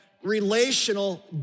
relational